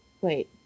Wait